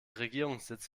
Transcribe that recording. regierungssitz